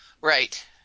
Right